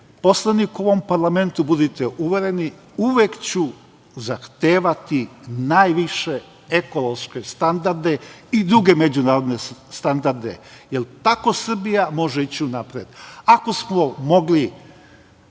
poslanik u ovom parlamentu budite uvereni uvek ću zahtevati najviše ekološke standarde i druge međunarodne standarde, jer tako Srbija može ići unapred. Ako smo mogli